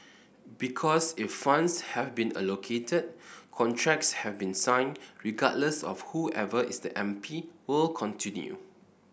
because if funds have been allocated contracts have been signed regardless of whoever is the M P will continue